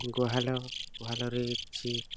ଗୁହାଲ ଗୁହାଲରେ କିଛି